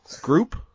group